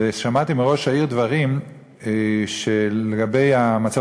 ושמעתי מראש העיר דברים לגבי המצב